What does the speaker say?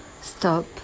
stop